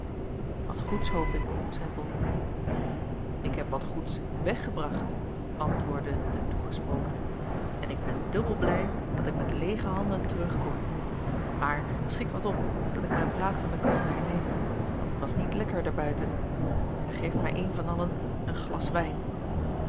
wat goeds hoop ik zeî bol ik heb wat goeds weggebracht antwoordde de toegesprokene en ik ben dubbel blij dat ik met leêge handen terngkom maar schikt wat op dat ik mijn plaats aan de kachel herneem want het was niet lekker daarbuiten en geef mij een van allen een glas wijn